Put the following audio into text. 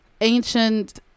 ancient